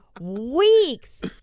weeks